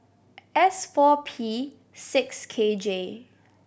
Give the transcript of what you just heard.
S four P six K J